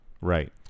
Right